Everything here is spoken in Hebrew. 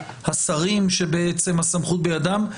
השרים שבעצם הסמכות בידם,